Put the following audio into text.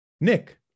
Nick